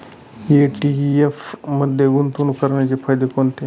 ETF मध्ये गुंतवणूक करण्याचे फायदे कोणते?